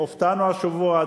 והופתענו השבוע,